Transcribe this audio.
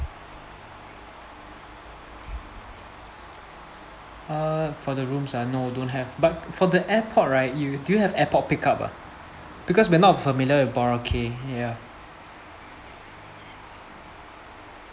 uh for the rooms ah no don't have but for the airport right you do have airport pickup ah because we are not familiar with boracay ya